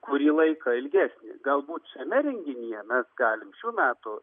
kurį laiką ilgesnį galbūt šiame renginyje mes galim šių metų